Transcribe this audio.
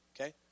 okay